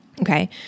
Okay